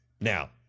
Now